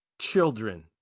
children